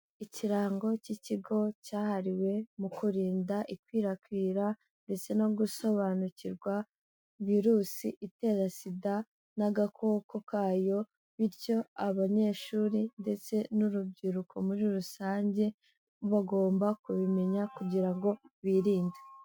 Ikirango cy'ikigo cyahariwe mu kurinda ikwirakwira ndetse no gusobanukirwa virusi itera SIDA n'agakoko kayo, bityo abanyeshuri ndetse n'urubyiruko muri rusange bagomba kubimenya kugira ngo birinde.